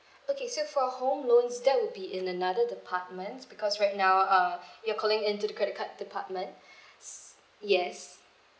okay so for home loans that would be in another department because right now uh you're calling in to the credit card department s~ yes